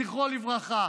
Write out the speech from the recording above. זכרו לברכה,